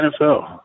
NFL